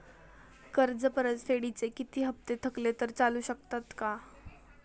कर्ज परतफेडीचे किती हप्ते थकले तर चालू शकतात?